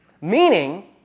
meaning